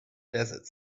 desert